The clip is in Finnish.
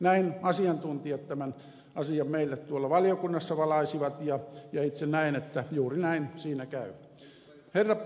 näin asiantuntijat tämän asian meille tuolla valiokunnassa valaisivat ja itse näen että juuri näin siinä käy